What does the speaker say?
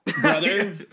brother